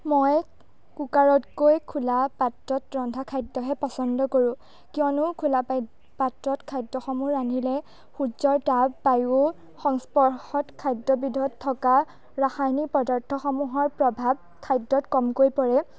মই কুকাৰতকৈ খোলা পাত্ৰত ৰন্ধা খাদ্যহে পচণ্ড কৰোঁ কিয়নো খোলা পা পাত্ৰত খাদ্যসমূহ ৰান্ধিলে সূৰ্যৰ তাপ বায়ুৰ সংস্পৰ্শত খাদ্যবিধত থকা ৰাসায়নিক পদাৰ্থসমূহৰ প্ৰভাৱ খাদ্যত কমকৈ পৰে